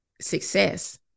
success